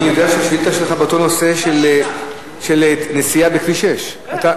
אני יודע שהשאילתא שלך באותו נושא של נסיעה בכביש 6. כן,